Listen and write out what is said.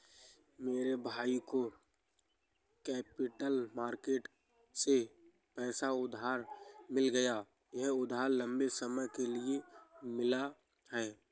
मेरे भाई को कैपिटल मार्केट से पैसा उधार मिल गया यह उधार लम्बे समय के लिए मिला है